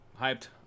Hyped